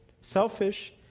selfish